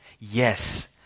Yes